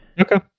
Okay